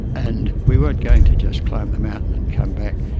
and we weren't going to just climb the mountain and come back,